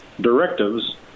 directives